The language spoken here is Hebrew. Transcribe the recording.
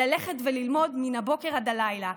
ללכת וללמוד מן הבוקר עד הלילה.